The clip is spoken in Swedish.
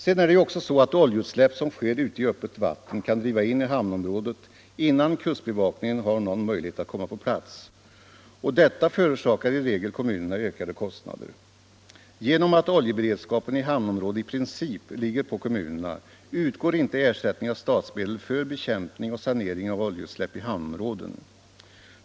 Olja som släpps ut i öppet vatten kan också driva in i hamnområdet innan kustbevakningen har någon möjlighet att komma på plats. Detta förorsakar i regel kommunerna ökade kostnader. Genom att oljeberedskapen i hamnområde i princip ligger på kommunerna utgår inte ersättning av statsmedel för bekämpning och sanering av oljeutsläpp i hamnområden.